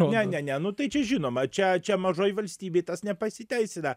ne ne ne nu tai čia žinoma čia čia mažoj valstybėj tas nepasiteisina